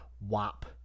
WAP